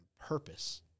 purpose